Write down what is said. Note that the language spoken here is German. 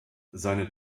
seine